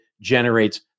generates